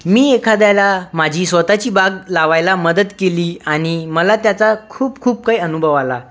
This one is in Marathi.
मी एखाद्याला माझी स्वतःची बाग लावायला मदत केली आणि मला त्याचा खूप खूप काही अनुभव आला